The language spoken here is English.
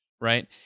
right